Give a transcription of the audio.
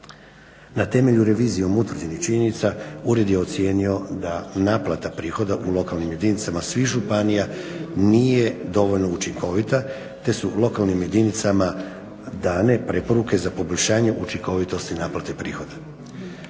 Na temelju revizijom utvrđenih činjenica ured je ocijenio da naplata prihoda u lokalnim jedinicama svih županija nije dovoljno učinkovita te su lokalnim jedinicama dane preporuke za poboljšanje učinkovitosti naplate prihoda.